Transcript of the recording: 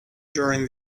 during